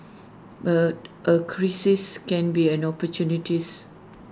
but A crisis can be an opportunities